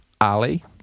Ali